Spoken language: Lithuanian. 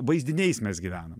vaizdiniais mes gyvenam